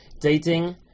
Dating